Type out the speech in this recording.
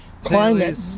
Climate